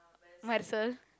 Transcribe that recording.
myself